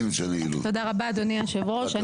תודה רבה אדוני יושב הראש.